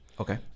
Okay